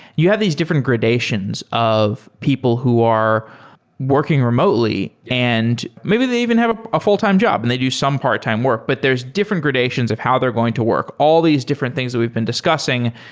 you have these different gradations of people who are working remotely, and maybe they even have a full-time job and they do some part-time work, but there's different gradations of how they're going to work. all these different things that we've been discussing,